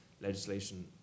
legislation